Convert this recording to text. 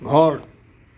ঘৰ